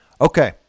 Okay